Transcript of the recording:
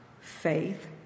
faith